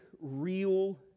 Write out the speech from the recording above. real